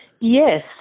Yes